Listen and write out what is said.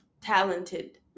talented